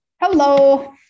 Hello